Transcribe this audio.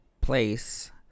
place